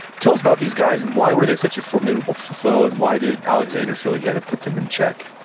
tell us about these guys and why were they such a formidable foe? and why did alexander feel like he had to put them in check?